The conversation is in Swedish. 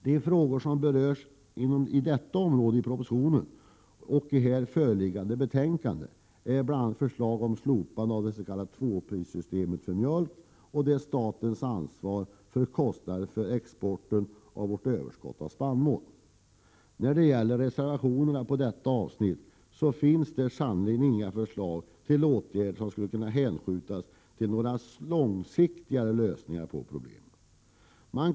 De frågor som berörs på detta område i propositionen och i här föreliggande betänkande är bl.a. förslag om slopande av tvåprissystemet för mjölk och statens ansvar för kostnader för exporten av vårt överskott av spannmål. I reservationerna på detta avsnitt finns sannerligen inga förslag till åtgärder som skulle kunna innebära några långsiktiga lösningar på problemen.